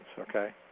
okay